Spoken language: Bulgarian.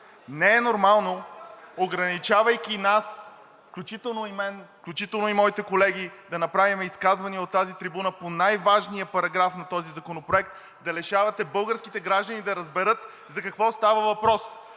Не е нормално, ограничавайки нас, включително и мен, включително и моите колеги да направим изказвания от тази трибуна по най-важния параграф на този законопроект, да лишавате българските граждани да разберат за какво става въпрос.